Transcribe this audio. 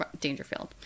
dangerfield